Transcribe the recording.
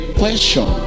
question